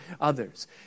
others